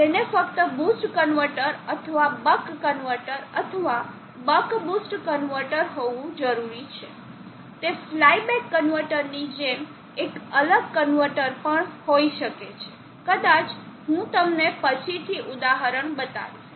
તેને ફક્ત boost converter અથવા બક કન્વર્ટર અથવા બક બૂસ્ટ કન્વર્ટર હોવું જરૂરી છે તે ફ્લાય બેક કન્વર્ટર ની જેમ એક અલગ કન્વર્ટર પણ હોઈ શકે છે કદાચ હું તમને પછીથી ઉદાહરણ બતાવીશ